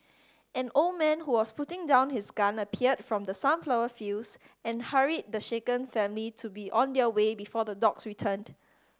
an old man who was putting down his gun appeared from the sunflower fields and hurried the shaken family to be on their way before the dogs returned